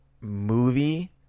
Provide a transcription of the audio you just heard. movie